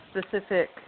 specific